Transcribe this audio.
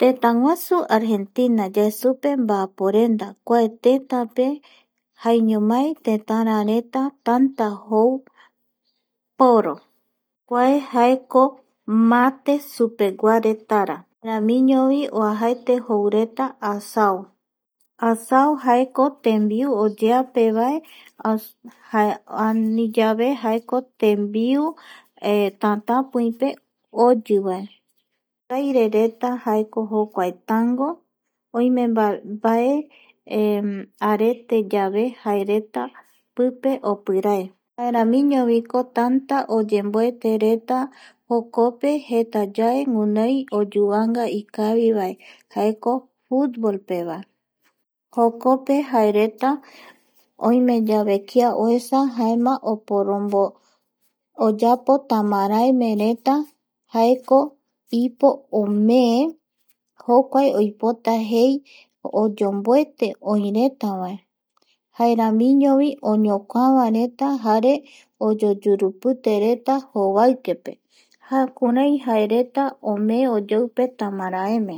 Tëtäguasu Argentina yae supe mbaaporenda kua tetarareta jaeñomai tanta jou poro kue jaeko mate supeguaretara jaeramiñovi oajaete joureta asao asao jaeko tembiu oyeapevae ani yave jaeko tembiu tatapiipe oyivae ovairereta jaeko jokuae tango oime mbae arete pe yave jaereta pipe opirae jaeramiñoviko tanta oyemboetereta jokope jetaye guinio ikavi oyuvangavae ikavivae jaeko futbolpe vae jokope jaereta oime yave kia oesa jaema oporombo oyapo tamaraemereta jaeko ipo omee jokuae oipota jei oyomboete oireta vae jaeramiñovi oñokuavaereta oyoyurupitereta jovaikepe kurai jaereta omee tamaraeme